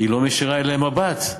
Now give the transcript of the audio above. והיא לא מישירה אליהם מבט.